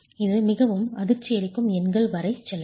இது மிகவும் அதிர்ச்சியளிக்கும் எண்கள் வரை செல்லலாம்